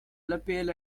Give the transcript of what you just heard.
l’apl